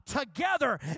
together